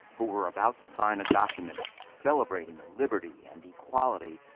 who were about to sign a document, celebrating liberty and equality,